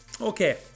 Okay